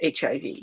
HIV